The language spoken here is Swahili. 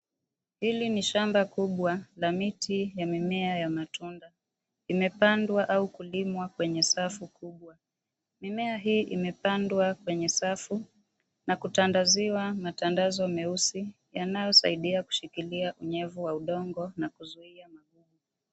Hili ni shamba kubwa la miti ya mimea ya matunda. Imepandwa au kulimwa kwenye safu kubwa. Mimea hii imepandwa kwenye safu na kutandasiwa matandazo meusi yanayosaidia kushikilia nyevu wa udongo na kusaidia kuzuia.